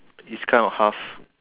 it's kind of half